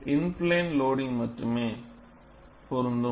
இன் plane லோடிங்க்கு மட்டுமே பொருந்தும்